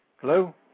Hello